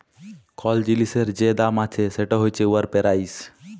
call জিলিসের যে দাম আছে সেট হছে উয়ার পেরাইস